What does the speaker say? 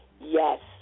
Yes